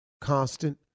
Constant